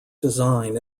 design